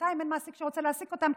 ובינתיים אין מעסיק שרוצה להעסיק אותן,